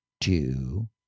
two